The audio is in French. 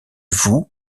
vous